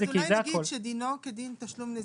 אז אולי נגיד שדינו כדין תשלום נזיקי?